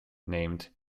named